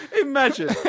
Imagine